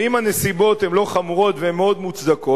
ואם הנסיבות הן לא חמורות והן מאוד מוצדקות,